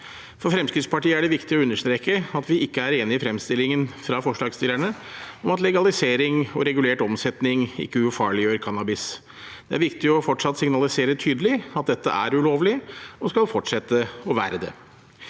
For Fremskrittspartiet er det viktig å understreke at vi ikke er enige i fremstillingen fra forslagsstillerne om at legalisering og regulert omsetning ikke ufarliggjør cannabis. Det er viktig fortsatt å signalisere tydelig at dette er ulovlig og skal fortsette å være det.